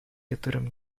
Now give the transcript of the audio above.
yatırım